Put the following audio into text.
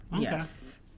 Yes